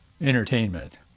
entertainment